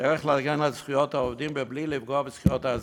איך להגן על זכויות העובדים בלי לפגוע בזכויות האזרחים.